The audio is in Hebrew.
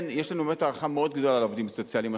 יש לנו הערכה רבה מאוד לעובדים הסוציאליים,